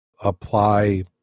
apply